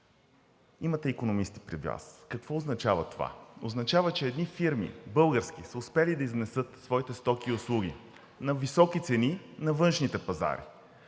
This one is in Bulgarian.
Имате икономисти при Вас, какво означава това? Означава, че едни български фирми са успели да изнесат своите стоки и услуги на високи цени на външните пазари.